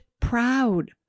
proud